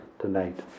tonight